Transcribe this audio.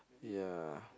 ya